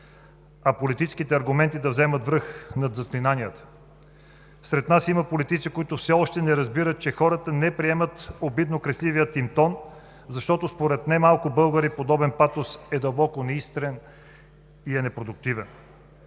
а политическите аргументи да вземат връх над заклинанията. Сред нас има политици, които все още не разбират, че хората не приемат обидно кресливия им тон, защото според немалко българи подобен патос е дълбоко неискрен и непродуктивен.